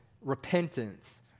Repentance